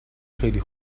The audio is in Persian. خیلی